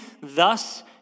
Thus